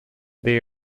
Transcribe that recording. they